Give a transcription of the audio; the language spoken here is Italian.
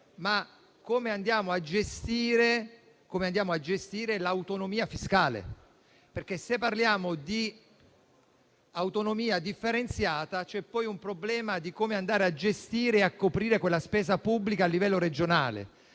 di come gestiremo l'autonomia fiscale. Se parliamo di autonomia differenziata, c'è poi un problema di come gestire e coprire quella spesa pubblica a livello regionale.